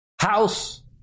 house